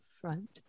front